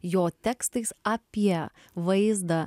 jo tekstais apie vaizdą